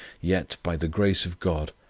yet, by the grace of god,